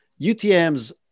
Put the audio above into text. UTMs